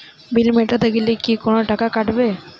বিল মেটাতে গেলে কি কোনো টাকা কাটাবে?